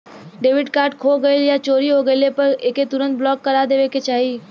debit card खो गइल या चोरी हो गइले पर एके तुरंत ब्लॉक करा देवे के चाही